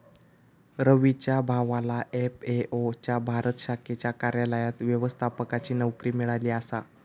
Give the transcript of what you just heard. रवीच्या भावाला एफ.ए.ओ च्या भारत शाखेच्या कार्यालयात व्यवस्थापकाची नोकरी मिळाली आसा